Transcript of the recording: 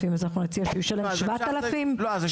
אז אנחנו נציע שהוא ישלם 7,000 שקלים?